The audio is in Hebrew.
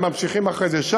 וממשיכים אחרי זה,